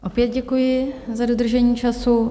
Opět děkuji za dodržení času.